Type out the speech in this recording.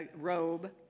robe